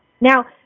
Now